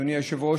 אדוני היושב-ראש,